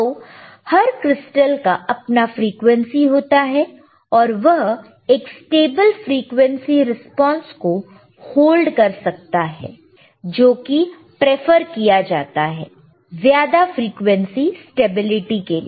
तो हर क्रिस्टल का अपना फ्रीक्वेंसी होता है और वह एक स्टेबल फ्रिकवेंसी रिस्पांस को होल्ड कर सकता है जोकि प्रेफर किया जाता है ज्यादा फ्रिकवेंसी स्टेबिलिटी के लिए